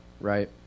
right